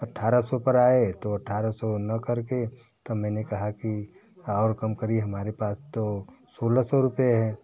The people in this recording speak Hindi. अठारह सौ पर आए तो अठारह सौ न करके तो मैंने कहा कि और कम करिए हमारे पास तो सोलह सौ रुपए हैं